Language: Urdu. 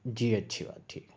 جی اچھی بات ٹھیک ہے